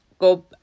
go